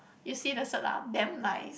you see the cert lah damn nice